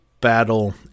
Battle